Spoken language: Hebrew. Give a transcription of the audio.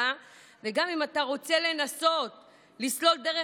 וגם אם אתה רוצה לנסות לסלול דרך חדשה,